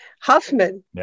Huffman